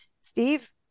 Steve